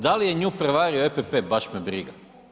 Da li je nju prevario EPP, baš me briga.